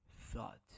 thought